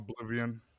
Oblivion